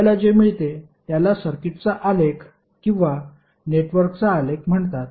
आपल्याला जे मिळते त्याला सर्किटचा आलेख किंवा नेटवर्कचा आलेख म्हणतात